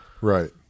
Right